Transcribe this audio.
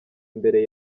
imbere